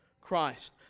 Christ